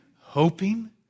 hoping